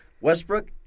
Westbrook –